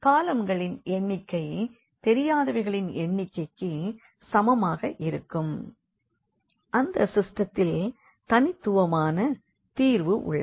காலம்களின் எண்ணிக்கை தெரியாதவைகளின் எண்ணிக்கைக்கு சமமாக இருக்கும் எனவே அந்த சிஸ்டத்தில் தனித்துவமான தீர்வு உள்ளது